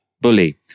bully